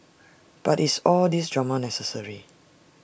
but is all these drama necessary